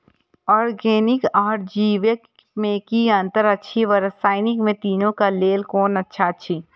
Organic आर जैविक में कि अंतर अछि व रसायनिक में तीनो क लेल कोन अच्छा अछि?